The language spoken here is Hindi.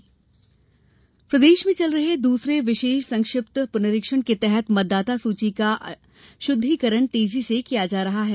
चुनाव तैयारी प्रदेश में चल रहे दूसरे विशेष संक्षिप्त प्रनरीक्षण के तहत मतदाता सूची का शुद्धिकरण तेजी से किया जा रहा है